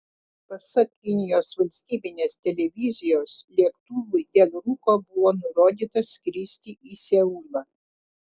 pasak kinijos valstybinės televizijos lėktuvui dėl rūko buvo nurodyta skristi į seulą